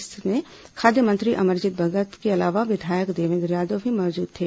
इसमें खाद्य मंत्री अमरजीत भगत के अलावा विधायक देवेन्द्र यादव भी मौजूद थे